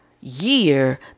Year